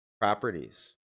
properties